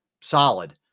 solid